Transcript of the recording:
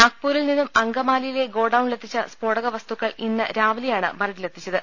നാഗ്പൂരിൽ നിന്നും അങ്കമാലിയിലെ ഗോഡൌണിലെത്തിച്ചു സ് ഫോടക വസ്തുക്കൾ ഇന്ന് രാവിലെയാണ് മരടിലെത്തിച്ചത്